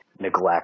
neglect